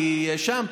כי האשמת,